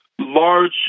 Large